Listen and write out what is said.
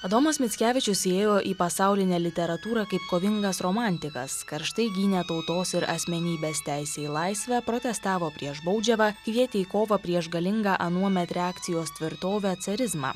adomas mickevičius įėjo į pasaulinę literatūrą kaip kovingas romantikas karštai gynė tautos ir asmenybės teisę į laisvę protestavo prieš baudžiavą kvietė į kovą prieš galingą anuomet reakcijos tvirtovę carizmą